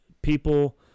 people